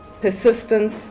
persistence